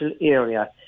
area